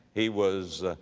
he was,